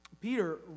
Peter